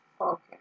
Okay